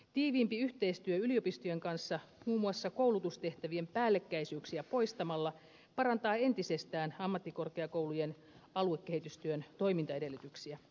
tiiviimpi yhteistyö yliopistojen kanssa muun muassa koulutustehtävien päällekkäisyyksiä poistamalla parantaa entisestään ammattikorkeakoulujen aluekehitystyön toimintaedellytyksiä